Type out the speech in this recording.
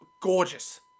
gorgeous